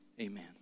amen